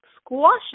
squashes